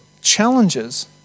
challenges